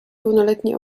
pełnoletni